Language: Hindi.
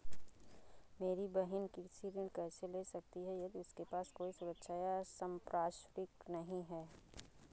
मेरी बहिन कृषि ऋण कैसे ले सकती है यदि उसके पास कोई सुरक्षा या संपार्श्विक नहीं है?